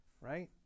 Right